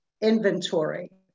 inventory